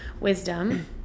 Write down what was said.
wisdom